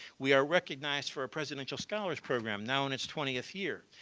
we are recognized for our presidential scholar's program now on its twentieth year.